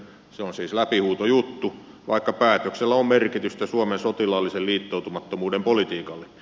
se on siis läpihuutojuttu vaikka päätöksellä on merkitystä suomen sotilaallisen liittoutumattomuuden politiikalle